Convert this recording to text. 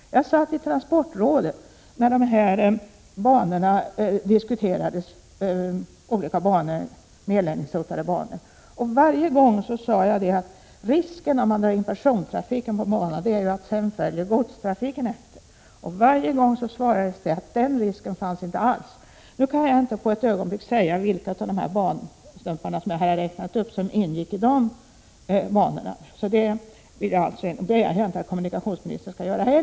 Jag satt i transportrådet när nedläggning av olika hotade banor diskuterades. Jag sade varje gång att risken med att dra in persontrafiken på banorna är att godstrafiken sedan följer efter. Varje gång fick jag svaret att den risken inte alls finns. Nu kan jag inte för ögonblicket säga vilka av de banstumpar jag räknade upp som ingick i dessa banor, och det begär jag inte heller att kommunikationsministern skall göra. Men däremot tycker jag att det är oerhört viktigt att av dagens debatt få ut att man inte skall lägga ned dessa bansträckningar innan man har gjort utredningen. Jag skulle också vilja höra hur det går med styckegodstrafiken. Hur ser ni på frågan om styckegodstrafiken? Här talas bara om kombitrafiken, men styckegodstrafiken minskar.